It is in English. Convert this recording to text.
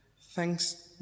Thanks